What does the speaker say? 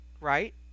Right